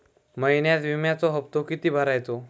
महिन्यात विम्याचो हप्तो किती भरायचो?